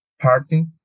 party